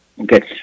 Okay